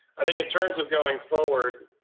i think in terms of going forward,